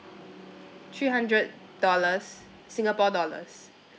three hundred dollars singapore dollars